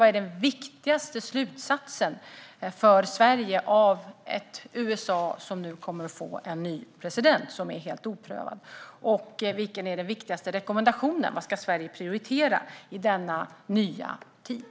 Vad är den viktigaste slutsatsen för Sverige av att USA nu kommer att få en ny president som är helt oprövad? Vilken är den viktigaste rekommendationen - vad ska Sverige prioritera i denna nya tid?